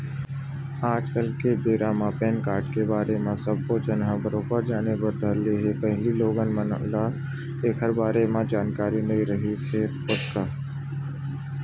आज के बेरा म पेन कारड के बारे म सब्बो झन ह बरोबर जाने बर धर ले हे पहिली लोगन मन ल ऐखर बारे म जानकारी नइ रिहिस हे ओतका